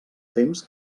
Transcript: temps